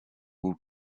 will